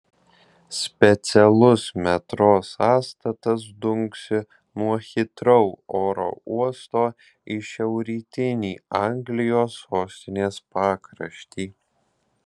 specialus metro sąstatas dunksi nuo hitrou oro uosto į šiaurrytinį anglijos sostinės pakraštį